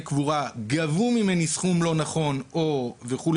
קבורה: "גבו ממני סכום לא נכון" וכו',